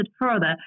further